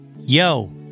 yo